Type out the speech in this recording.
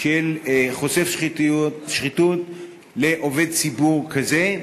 של חושף שחיתות לעובד ציבור כזה.